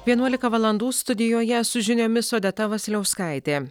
vienuolika valandų studijoje su žiniomis odeta vasiliauskaitė